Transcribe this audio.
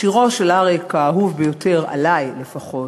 שירו של אריק האהוב ביותר עלי, לפחות,